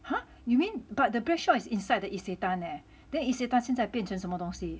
!huh! you mean but the bread shop is inside the Isetan leh then Isetan 现在变成什么东西